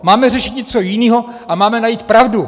Máme řešit něco jiného a máme najít pravdu!